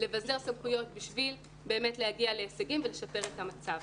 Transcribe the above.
לבזר סמכויות בשביל להגיע להישגים ולשפר את המצב.